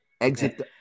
exit